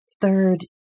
third